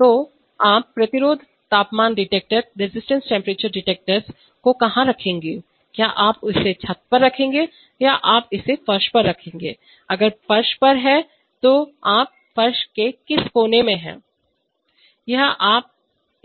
तो आप प्रतिरोध तापमान डिटेक्टर को कहां रखेंगे क्या आप इसे छत पर रखेंगे या क्या आप इसे फर्श पर रखेंगे अगर यह फर्श पर है तो फर्श के किस कोने में रखेंगे या आप